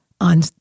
on